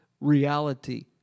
reality